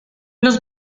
los